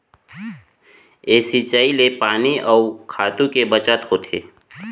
ए सिंचई ले पानी अउ खातू के बचत होथे